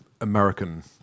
American